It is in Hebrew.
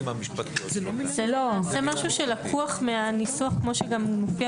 זה משהו שלקוח מניסוח כמו שגם מופיע